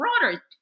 broader